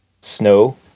snow